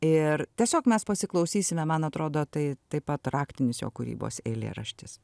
ir tiesiog mes pasiklausysime man atrodo tai taip pat raktinis jo kūrybos eilėraštis